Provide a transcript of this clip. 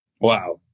Wow